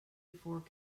fork